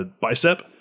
bicep